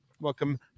Welcome